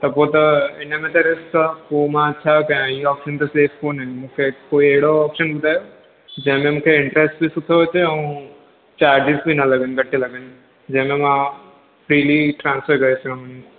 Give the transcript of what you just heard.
त पोइ त हिन में त रिस्क आहे पोइ मां छा कयां इहो ऑप्शन त सेफ कोने मूंखे कोई अहिड़ो ऑप्शन ॿुधायो जंहिंमें मूंखे इन्ट्रेस्ट बि सुठो अचे ऐं चार्जिस बि न लॻनि घटि लॻनि जंहिंमें मां फ्रीली ट्रांसफर करे सघां हुन में